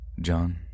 John